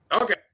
Okay